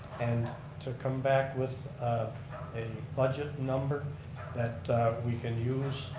and to come back with a budget number that we can use.